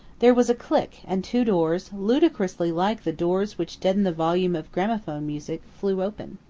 there was a click and two doors, ludicrously like the doors which deaden the volume of gramophone music, flew open.